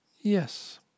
Yes